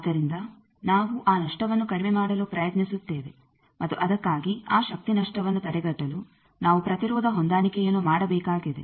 ಆದ್ದರಿಂದ ನಾವು ಆ ನಷ್ಟವನ್ನು ಕಡಿಮೆ ಮಾಡಲು ಪ್ರಯತ್ನಿಸುತ್ತೇವೆ ಮತ್ತು ಅದಕ್ಕಾಗಿ ಆ ಶಕ್ತಿ ನಷ್ಟವನ್ನು ತಡೆಗಟ್ಟಲು ನಾವು ಪ್ರತಿರೋಧ ಹೊಂದಾಣಿಕೆಯನ್ನು ಮಾಡಬೇಕಾಗಿದೆ